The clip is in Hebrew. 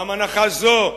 גם הנחה זאת התבדתה.